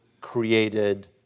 created